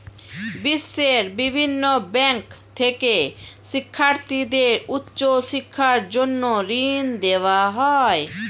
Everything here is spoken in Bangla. বিশ্বের বিভিন্ন ব্যাংক থেকে শিক্ষার্থীদের উচ্চ শিক্ষার জন্য ঋণ দেওয়া হয়